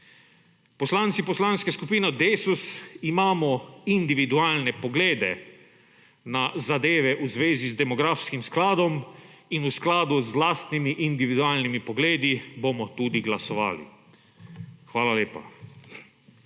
Poslanci Poslanske skupine Desus imamo individualne poglede na zadeve v zvezi z demografskim skladom in v skladu z lastnimi individualnimi pogledi bomo tudi glasovali. Hvala lepa.